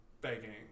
begging